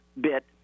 bit